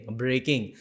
breaking